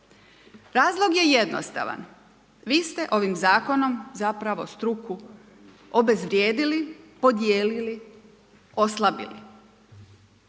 Razlog je jednostavan. Vi ste ovim zakonom zapravo struku obezvrijedili, podijelili, oslabili.